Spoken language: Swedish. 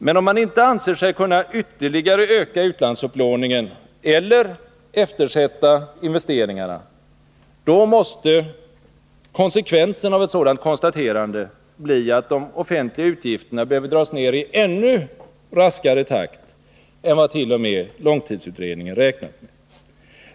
Men om man inte anser sig kunna ytterligare öka utlandsupplåningen eller eftersätta investeringarna, då måste konsekvensen av ett sådant konstaterande bli att de offentliga utgifterna behöver dras ned i ännu raskare takt än vad t.o.m. långtidsutredningen räknat med.